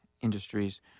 industries